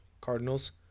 Cardinals